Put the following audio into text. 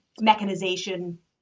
mechanization